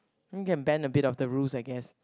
mm can bend a bit of the rules I guess